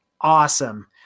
awesome